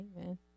Amen